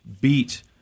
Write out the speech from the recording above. beat